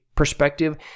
perspective